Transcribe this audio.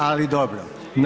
Ali dobro.